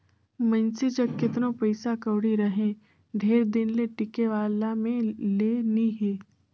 मइनसे जग केतनो पइसा कउड़ी रहें ढेर दिन ले टिके वाला में ले नी हे